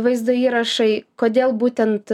vaizdo įrašai kodėl būtent